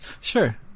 Sure